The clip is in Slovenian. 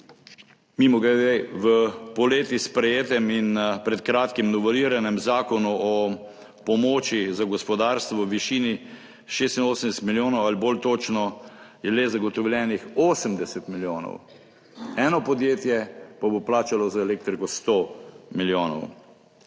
Mimogrede, v poleti sprejetem in pred kratkim noveliranem zakonu o pomoči za gospodarstvo v višini 86 milijonov ali bolj točno, zagotovljenih je le 80 milijonov, eno podjetje pa bo plačalo za elektriko 100 milijonov.